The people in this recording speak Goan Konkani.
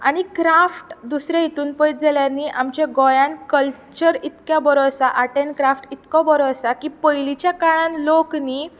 आनी क्राफ्ट दुसरें हितून पळयत जाल्यार न्ही आमच्या गोंयांत कल्चर इतको बरो आसा आर्ट एन क्राफ्ट इतको बरो आसा की पयलींच्या काळांत लोक न्ही